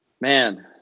Man